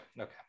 okay